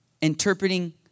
interpreting